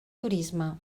turisme